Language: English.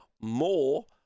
more